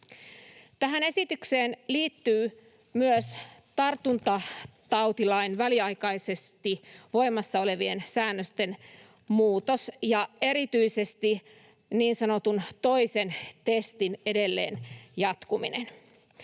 Tähän esitykseen liittyy myös tartuntatautilain väliaikaisesti voimassa olevien säännösten muutos ja erityisesti niin sanotun toisen testin edelleen jatkuminen.